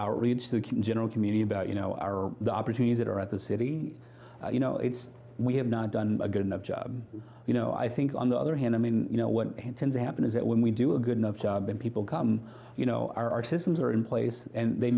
the general community about you know are the opportunities that are at the city you know it's we have not done a good enough job you know i think on the other hand i mean you know what tends to happen is that when we do a good enough job and people come you know our systems are in place and they